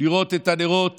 לראות את הנרות